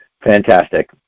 Fantastic